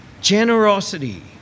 generosity